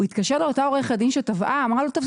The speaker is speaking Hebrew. הוא התקשר לאותה עורכת דין שתבעה וביקש